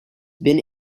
been